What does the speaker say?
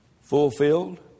fulfilled